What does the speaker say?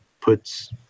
puts